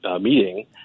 meeting